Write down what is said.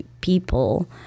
people